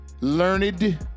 learned